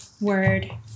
word